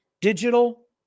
digital